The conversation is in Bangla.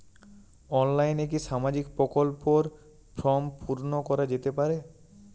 অনলাইনে কি সামাজিক প্রকল্পর ফর্ম পূর্ন করা যেতে পারে?